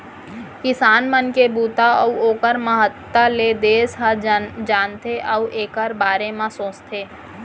किसान मन के बूता अउ ओकर महत्ता ल देस ह जानथे अउ एकर बारे म सोचथे